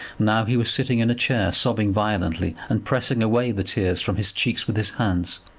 now he was sitting in a chair, sobbing violently, and pressing away the tears from his cheeks with his hands.